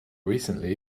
recently